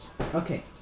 Okay